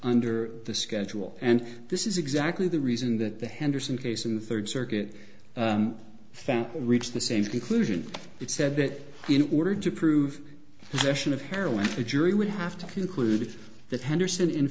under the schedule and this is exactly the reason that the henderson case in the third circuit found reached the same conclusion it said that in order to prove there should have heroin the jury would have to conclude that henderson in